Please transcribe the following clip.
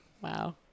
Wow